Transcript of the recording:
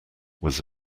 was